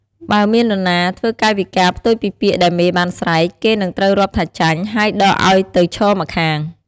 បើមាននរណាធ្វើកាយវិការផ្ទុយពីពាក្យដែលមេបានស្រែក គេនឹងត្រូវរាប់ថាចាញ់ ហើយដកឱ្យទៅឈរម្ខាង។